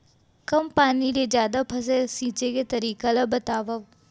कम पानी ले जादा फसल सींचे के तरीका ला बतावव?